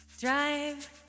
Drive